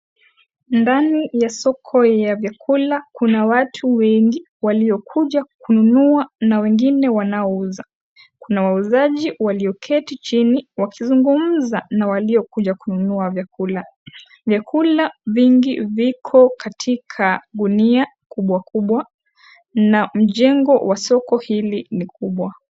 Ndani ya soko ya vyakula kuna watu wengine wengi waliokuja kununua na wengine wanaouza . Kuna wauzaji waliokaa chini na wanazungumza na waliokuja kununua vyakula, vyakula vingi viko katika gunia kubwa kubawa na mjengo wa soko hili ni kubwa .